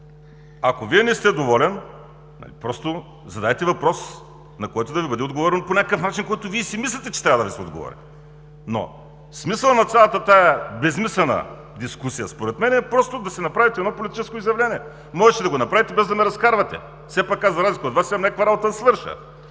Ако Вие не сте доволен, просто задайте въпрос, на който да Ви бъде отговорено по някакъв начин, по който Вие си мислите, че трябва да Ви се отговори. Но смисълът на цялата тази безсмислена дискусия според мен е просто да си направите едно политическо изявление. Можеше да го направите, без да ме разкарвате! Все пак аз, за разлика от Вас, имам някаква работа да свърша.